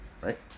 right